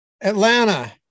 Atlanta